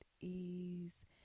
ease